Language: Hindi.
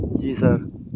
जी सर